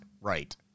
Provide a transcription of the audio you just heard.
right